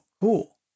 cool